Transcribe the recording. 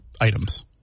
items